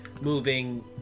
moving